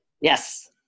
yes